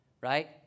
right